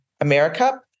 America